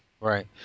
Right